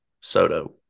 Soto